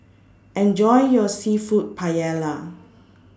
Enjoy your Seafood Paella